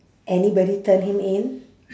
anybody turn him in